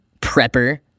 prepper